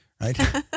Right